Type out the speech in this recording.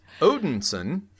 Odinson